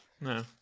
No